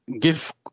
give